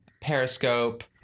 Periscope